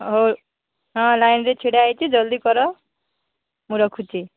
ହଉ ହଁ ଲାଇନ୍ରେ ଛିଡ଼ା ହେଇଛି ରଖୁଛି ଜଲ୍ଦି କର ମୁଁ ରଖୁଛି